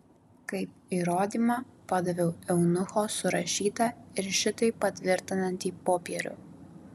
kaip įrodymą padaviau eunucho surašytą ir šitai patvirtinantį popierių